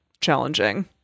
challenging